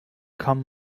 come